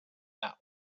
that